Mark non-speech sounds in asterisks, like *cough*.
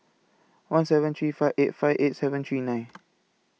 one seven three five eight five eight seven three nine *noise*